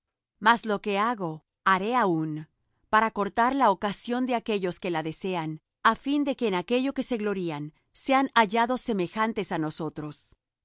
mas lo que hago haré aún para cortar la ocasión de aquellos que la desean á fin de que en aquello que se glorían sean hallados semejantes á nosotros